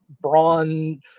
brawn